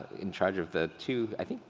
in charge of the two, i think,